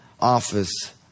office